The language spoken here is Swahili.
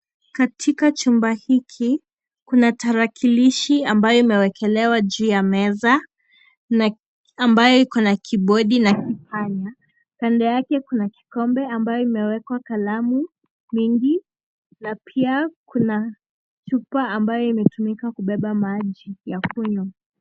Katika chumba hiki kuna tarakilishi ambayo imewekelewa juu ya meza ambayo ikona kibodi na kipanya , kando yake kun akikombe ambayo imewekwa kalamu nyingi na pia kuna chupa ambayo imetumika kubeba maji ya kunywa.